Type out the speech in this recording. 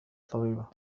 طبيبة